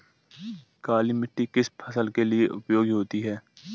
काली मिट्टी किस फसल के लिए उपयोगी होती है?